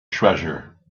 treasure